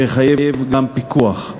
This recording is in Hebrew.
ויחייב גם פיקוח.